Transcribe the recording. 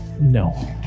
No